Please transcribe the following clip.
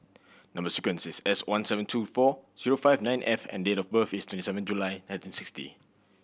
number sequence is S one seven two four zero five nine F and date of birth is twenty seven July nineteen sixty